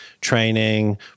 training